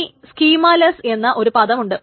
ഇനി സ്കീമാലെസ് എന്ന ഒരു പദം ഉണ്ട്